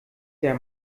der